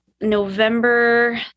November